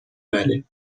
بله